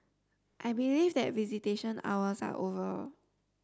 I believe that visitation hours are over